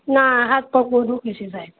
ના હાથપગ બહું દુઃખે છે સાહેબ